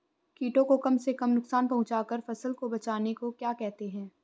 कीटों को कम से कम नुकसान पहुंचा कर फसल को बचाने को क्या कहते हैं?